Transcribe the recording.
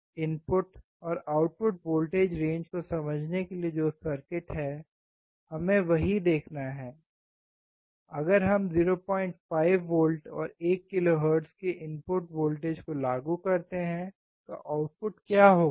input और output voltage range को समझने के लिए जो सर्किट है हमें वही देखना है अगर हम 05 वोल्ट और 1 किलोहर्ट्ज़ के इनपुट वोल्टेज को लागू करते हैं तो आउटपुट क्या होगा